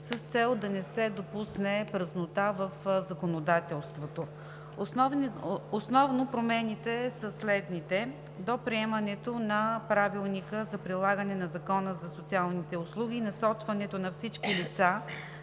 с цел да не се допусне празнота в законодателството. Основно промените са следните: До приемането на Правилника за прилагане на Закона за социалните услуги насочването на всички лица